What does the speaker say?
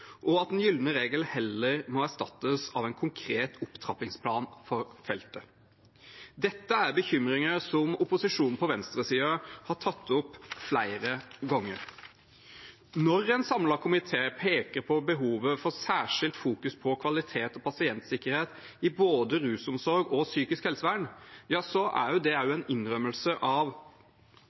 og at den gylne regel heller må erstattes av en konkret opptrappingsplan for feltet. Dette er bekymringer som opposisjonen på venstresiden har tatt opp flere ganger. Når en samlet komité peker på behovet for særskilt fokus på kvalitet og pasientsikkerhet i både rusomsorg og psykisk helsevern, er det også en innrømmelse av